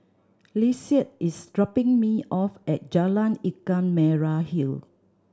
Lissette is dropping me off at Jalan Ikan Merah Hill